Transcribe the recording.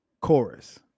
chorus